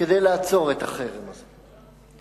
כדי לעצור את החרם הזה.